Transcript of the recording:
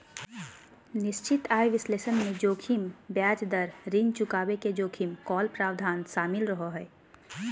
निश्चित आय विश्लेषण मे जोखिम ब्याज दर, ऋण चुकाबे के जोखिम, कॉल प्रावधान शामिल रहो हय